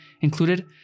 included